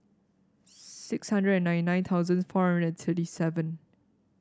six hundred and ninty nine thousand four hundred and thirty seven